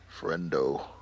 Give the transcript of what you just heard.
friendo